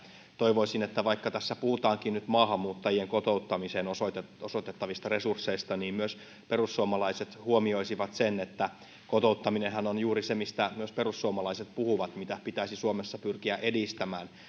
toivoisin että vaikka tässä puhutaankin nyt maahanmuuttajien kotouttamiseen osoitettavista osoitettavista resursseista myös perussuomalaiset huomioisivat sen että kotouttaminenhan on juuri se mistä myös perussuomalaiset puhuvat mitä pitäisi suomessa pyrkiä edistämään